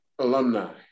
alumni